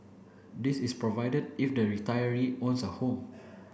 this is provided if the retiree owns a home